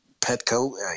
Petco